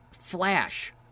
Flash